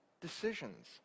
decisions